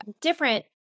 different